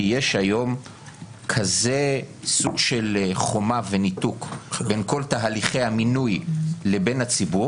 כי יש היום סוג של חומה וניתוק בין כל תהליכי המינוי לבין הציבור